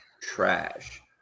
trash